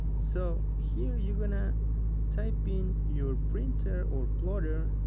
so here you're gonna type in your printer or plotter,